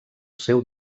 seu